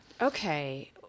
okay